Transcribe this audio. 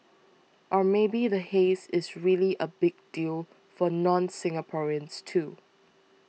or maybe the haze is really a big deal for nonSingaporeans too